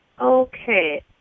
Okay